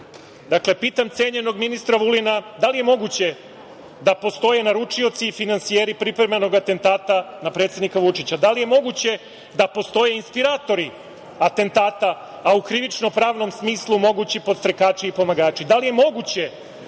pitam cenjenog ministra Vulina, da li je moguće da postoje naručioci i finansijeri pripremljenog atentata na predsednika Vučića? Da li je moguće da postoje inspiratori atentata, a u krivičnopravnom smislu mogući podstrekači i pomagači? Da li je moguće